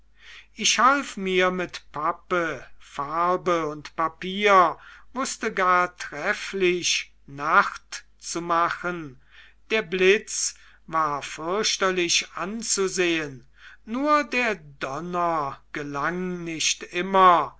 ich half mir mit pappe farbe und papier wußte gar trefflich nacht zu machen der blitz war fürchterlich anzusehen nur der donner gelang nicht immer